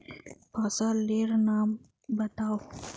फसल लेर नाम बाताउ?